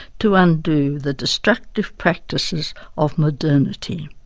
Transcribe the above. to undo the destructive practices of modernity.